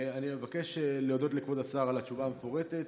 אני מבקש להודות לכבוד השר על התשובה המפורטת,